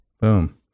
Boom